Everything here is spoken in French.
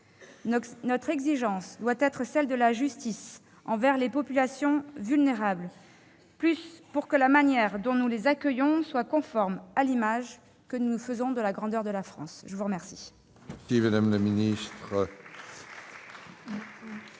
Notre exigence doit être celle de la justice envers les populations vulnérables, pour que la manière dont nous les accueillons soit conforme à l'image que nous nous faisons de la grandeur de la France. Dans la suite